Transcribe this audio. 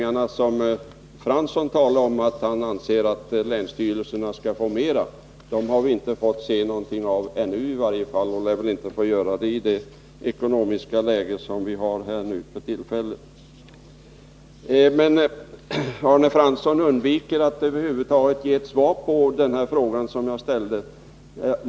Arne Fransson sade också att han ansåg att länsstyrelserna borde få mera pengar, men några sådana medel har vi i varje fall inte ännu sett någonting av, och vi lär väl inte heller få göra det med det ekonomiska läge som den borgerliga regeringen försatt oss i. Arne Fransson undviker att över huvud taget ge ett svar på den fråga jag ställde.